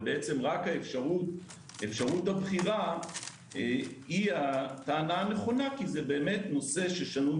ורק האפשרות של הבחירה היא הטענה הנכונה כי זה נושא ששנוי